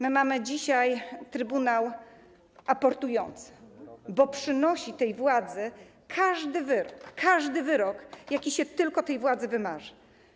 My mamy dzisiaj trybunał aportujący, bo przynosi tej władzy każdy wyrok, jaki się tylko tej władzy wymarzy.